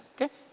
okay